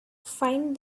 find